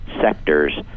sectors